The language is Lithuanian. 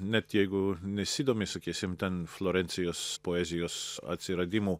net jeigu nesidomi sakysim ten florencijos poezijos atsiradimu